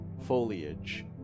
foliage